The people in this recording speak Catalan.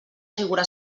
figura